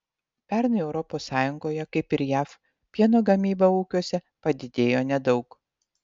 pernai europos sąjungoje kaip ir jav pieno gamyba ūkiuose padidėjo nedaug